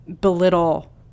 belittle